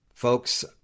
Folks